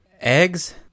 Eggs